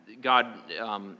God